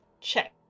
check